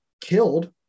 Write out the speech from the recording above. killed